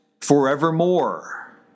forevermore